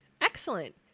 Excellent